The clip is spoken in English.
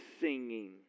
singing